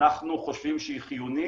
אנחנו חושבים שהיא חיונית.